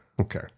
Okay